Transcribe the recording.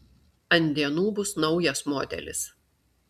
ant dienų bus naujas modelis